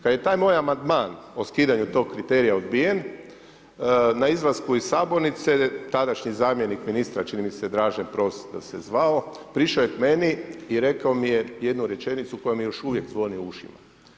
Kad je taj moj amandman o skidanju tog kriterija odbijen, na izlasku iz sabornice tadašnji zamjenik ministra čini mi se Dražen … da se zvao, prišao je k meni i rekao mi je jednu rečenicu koja mi još uvijek zvoni u ušima.